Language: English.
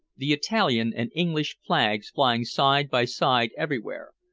the italian and english flags flying side by side everywhere,